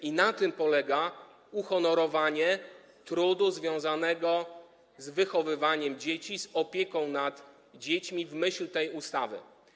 I na tym polega uhonorowanie trudu związanego z wychowywaniem dzieci, z opieką nad dziećmi w myśl tej ustawy.